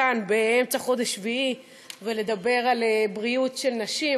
כאן באמצע חודש שביעי ולדבר על בריאות של נשים.